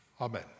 Amen